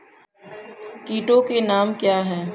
कीटों के नाम क्या हैं?